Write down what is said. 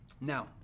Now